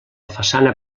façana